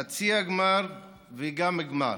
חצי הגמר וגם הגמר.